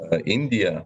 a indija